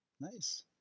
Nice